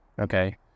okay